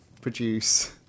produce